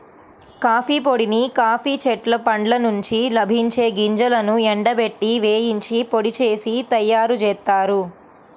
coffee పొడిని coffee చెట్ల పండ్ల నుండి లభించే గింజలను ఎండబెట్టి, వేయించి పొడి చేసి తయ్యారుజేత్తారు